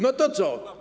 No to co?